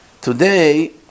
Today